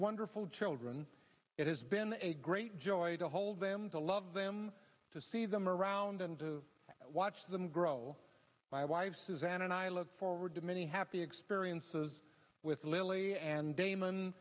wonderful children it has been a great joy to hold them to love them to see them around and to watch them grow i wife suzanne and i look forward to many happy experiences with lily and damon